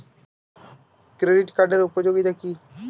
Credit কার্ডের উপযোগিতা কি?